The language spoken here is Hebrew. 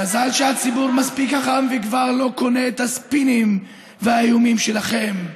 מזל שהציבור מספיק חכם וכבר לא קונה את הספינים שלכם והאיומים שלכם.